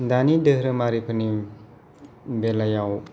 दानि दोरोमारिफोरनि बेलायाव